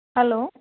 hello